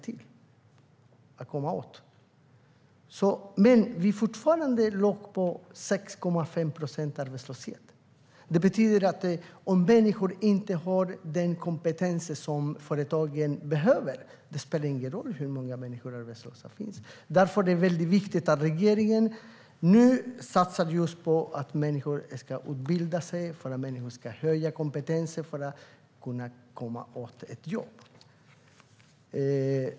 Men kommunen låg fortfarande på 6,5 procents arbetslöshet. Det betyder att om människor inte har den kompetens som företagen behöver spelar det ingen roll hur många arbetslösa människor det finns. Därför är det väldigt viktigt att regeringen nu satsar på utbildning av människor så att de kan höja sin kompetens för att få ett jobb.